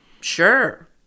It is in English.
Sure